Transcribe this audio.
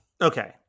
Okay